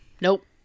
nope